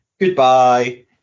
Goodbye